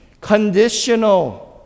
Conditional